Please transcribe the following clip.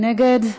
מי נגד?